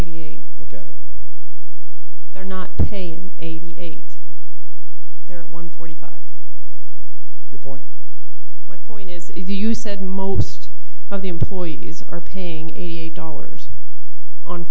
eighty eight look at it they're not paying eighty eight there at one forty five your point my point is if you said most of the employees are paying eight dollars on